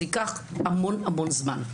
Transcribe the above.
זה ייקח המון זמן.